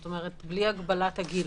זאת אומרת: בלי הגבלת הגיל,